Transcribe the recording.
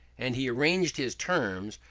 and he arranged his terms,